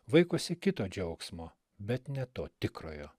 vaikosi kito džiaugsmo bet ne to tikrojo